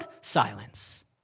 Silence